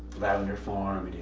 lavender farm,